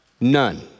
none